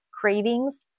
cravings